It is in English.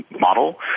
model